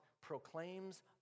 proclaims